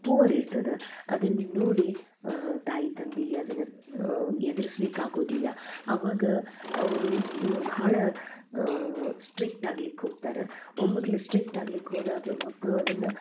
poor ಇರ್ತದ ಅದನ್ನ ನೋಡಿ ತಾಯಿ ತಂದೆಗೆ ಅದನ್ನು ಎದುರಿಸಲ್ಲಿಕ್ಕೆ ಆಗೋದಿಲ್ಲ ಆವಾಗ ಅವರು ಬಹಳ ಸ್ಟ್ರಿಕ್ಟ್ ಆಗ್ಲಿಕ್ಕೆ ಹೋಗ್ತಾರೆ ಒಮ್ಮೆಗ್ಲೆ ಸ್ಟ್ರಿಕ್ಟ್ ಆಗ್ಲಿಕ್ಕೆ ಹೋದಾಗ ಮಕ್ಕಳು ಅದನ್ನು